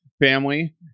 family